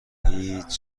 هیچ